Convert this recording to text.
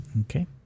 Okay